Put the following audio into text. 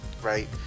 right